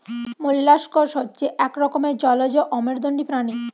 molluscs হচ্ছে এক রকমের জলজ অমেরুদন্ডী প্রাণী